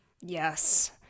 Yes